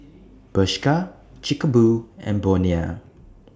Bershka Chic A Boo and Bonia